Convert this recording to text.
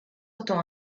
otto